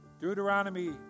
Deuteronomy